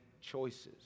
choices